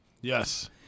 Yes